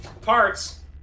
Parts